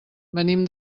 venim